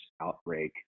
outbreak